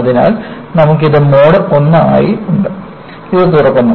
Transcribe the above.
അതിനാൽ നമുക്ക് ഇത് മോഡ് I ആയി ഉണ്ട് ഇത് തുറക്കുന്നു